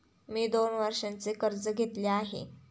मी दोन वर्षांचे कर्ज घेतले आहे